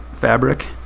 fabric